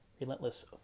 Relentless